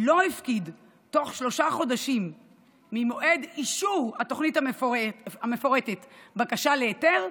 לא הפקיד תוך שלושה חודשים ממועד אישור התוכנית המפורטת בקשה להיתר,